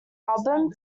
album